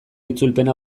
itzulpena